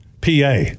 PA